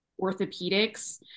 orthopedics